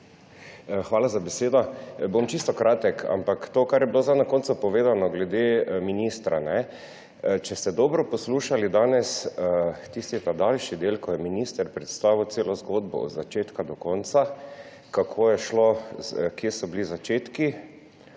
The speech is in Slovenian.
Hvala za besedo. Bom čisto kratek, ampak to, kar je bilo zdaj na koncu povedano glede ministra, ne. Če ste dobro poslušali danes tisti ta daljši del, ko je minister predstavil celo zgodbo od začetka do konca, kako je šlo, kje so bili začetki